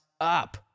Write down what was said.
up